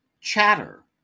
Chatter